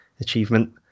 achievement